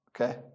Okay